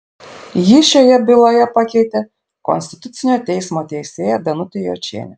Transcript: jį šioje byloje pakeitė konstitucinio teismo teisėja danutė jočienė